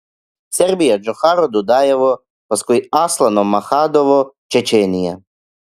serbija džocharo dudajevo paskui aslano maschadovo čečėnija